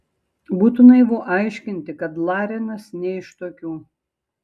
būtų naivu aiškinti kad larinas ne iš tokių